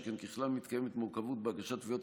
שכן ככלל מתקיימת מורכבות בהגשת תביעות